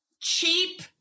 cheap